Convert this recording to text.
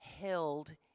held